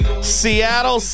Seattle